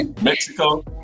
mexico